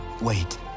Wait